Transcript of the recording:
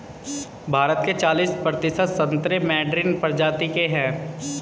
भारत के चालिस प्रतिशत संतरे मैडरीन प्रजाति के हैं